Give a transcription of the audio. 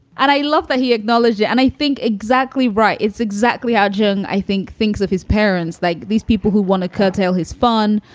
and i love that he acknowledged it. and i think exactly right. it's exactly argin, i think thinks of his parents like these people who want to curtail his fun,